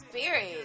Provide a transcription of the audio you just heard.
Spirit